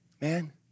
Man